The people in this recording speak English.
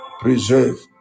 Preserve